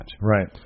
Right